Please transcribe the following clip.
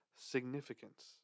significance